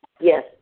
Yes